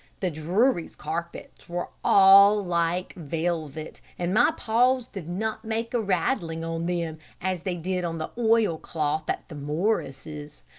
the drurys' carpets were all like velvet, and my paws did not make a rattling on them as they did on the oil cloth at the morrises'.